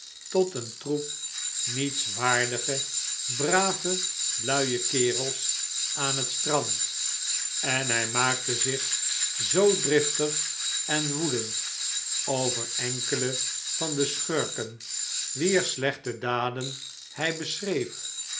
tot een troep nietswaardige brave luie kerels aan het strand en hij maakte zich zoo driftig en woedend over enkele van de schurken wier slechte daden hij beschreef